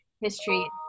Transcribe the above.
history